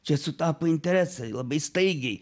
čia sutapo interesai labai staigiai